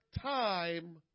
time